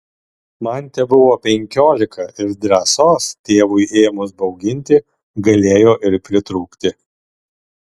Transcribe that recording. man tebuvo penkiolika ir drąsos tėvui ėmus bauginti galėjo ir pritrūkti